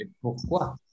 pourquoi